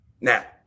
Now